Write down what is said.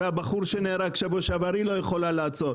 הבחור שנהרג בשבוע שעבר, היא לא יכולה לעצור.